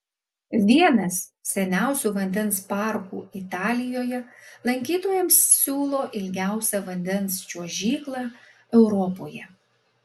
vienas seniausių vandens parkų italijoje lankytojams siūlo ilgiausią vandens čiuožyklą europoje